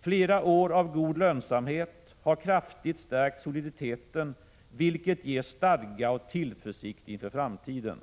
Flera år av god lönsamhet har kraftigt stärkt soliditeten, vilket ger stadga och tillförsikt inför framtiden.